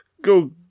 go